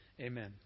Amen